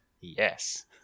yes